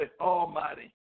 almighty